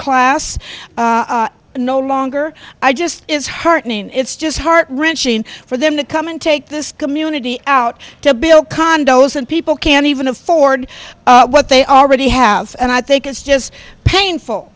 class no longer i just is heartening it's just heart wrenching for them to come and take this community out to build condos and people can't even afford what they already have and i think it's just